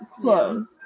Close